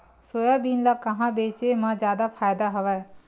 Soybean ल कहां बेचे म जादा फ़ायदा हवय?